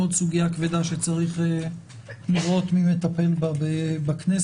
עוד סוגיה כבדה שצריך לראות מי מטפל בה בכנסת,